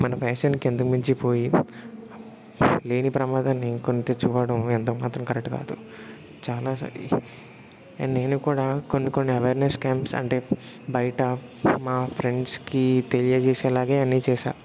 మన ఫ్యాషన్కి ఇంతకు మించిపోయి లేని ప్రమాదాన్ని కొని తెచ్చుకోవడం ఎంత మాత్రం కరెక్ట్ కాదు చాలాసార్లు అండ్ నేను కూడా కొన్ని కొన్ని అవేర్నెస్ క్యాంప్స్ అంటే బయట మా ఫ్రెండ్స్కి తెలియజేసేలాగే అన్నీ చేశా